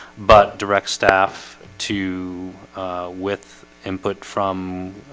but direct staff to with input from